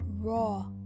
raw